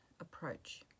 approach